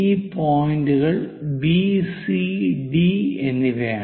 ഈ പോയിന്റുകൾ B C D എന്നിവയാണ്